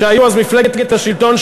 שהיו אז מפלגת השלטון,